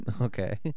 Okay